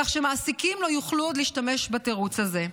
כך שמעסיקים לא יוכלו עוד להשתמש בתירוץ הזה.